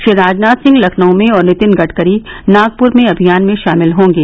श्री राजनाथ सिंह लखनऊ में और नितिन गडकरी नागपुर में अभियान में शामिल होंगे